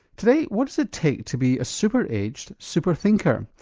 today, what does it take to be a super-aged super-thinker?